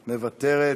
מוותרת.